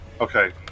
Okay